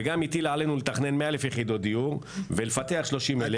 וגם הטילה עלינו לתכנן 100,000 יחידות דיור ולפתח 30,000,